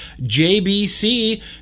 JBC